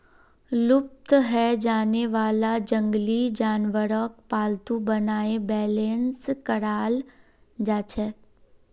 लुप्त हैं जाने वाला जंगली जानवरक पालतू बनाए बेलेंस कराल जाछेक